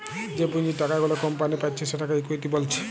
যে পুঁজির টাকা গুলা কোম্পানি পাচ্ছে সেটাকে ইকুইটি বলছে